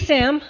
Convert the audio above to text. Sam